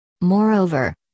Moreover